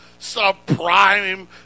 subprime